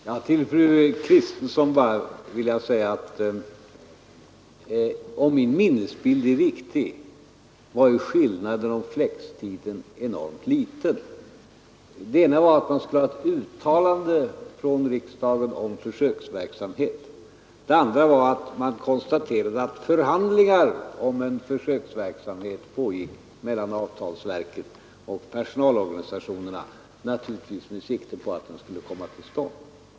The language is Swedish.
Herr talman! Till fru Kristensson vill jag säga att om min minnesbild är riktig var skillnaden i frågan om flextiden enormt liten. Det ena förslaget var att riksdagen skulle göra ett uttalande om försöksverksamhet; i det andra förslaget konstaterades att förhandlingar om en försöksverksamhet pågick mellan avtalsverket och personalorganisationerna, naturligtvis med sikte på att den skulle komma till stånd.